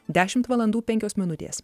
dešimt valandų penkios minutės